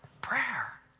Prayer